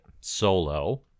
Solo